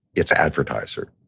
its advertiser.